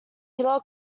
pillar